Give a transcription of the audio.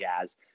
jazz